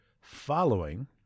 following